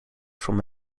from